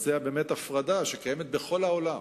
לעשות את ההפרדה שקיימת בכל העולם